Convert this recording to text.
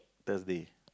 Thursday